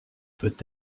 peut